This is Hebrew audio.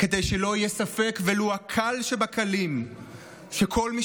כדי שלא יהיה ספק ולו הקל שבקלים שכל מי